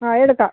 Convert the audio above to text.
ആ എടുക്കാം